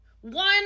one